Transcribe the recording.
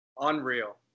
Unreal